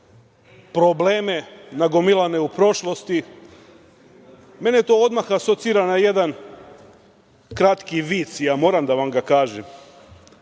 probleme nagomilane u prošlosti, mene to odmah asocira na jedan kratki vic. Ja moram da vam ga kažem,